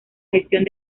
gestión